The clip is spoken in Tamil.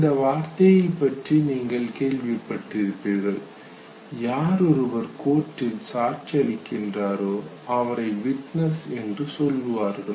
இந்த வார்த்தையைப் பற்றி நீங்கள் கேள்விப்பட்டிருப்பீர்கள் யாரொருவர் கோர்ட்டில் சாட்சியளிக்கின்றாரோ அவரை விட்னஸ் என்று சொல்லுவார்கள்